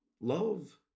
Love